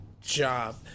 job